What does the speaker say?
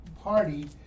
party